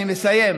אני מסיים,